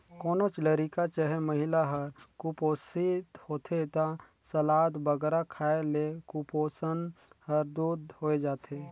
कोनोच लरिका चहे महिला हर कुपोसित होथे ता सलाद बगरा खाए ले कुपोसन हर दूर होए जाथे